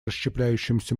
расщепляющемуся